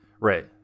Right